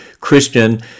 Christian